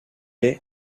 est